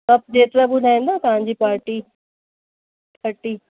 tub जेतिरा ॿुधाईंदा तव्हांजी पार्टी थर्टी